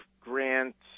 Grant's